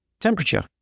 temperature